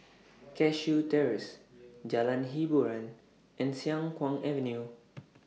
Cashew Terrace Jalan Hiboran and Siang Kuang Avenue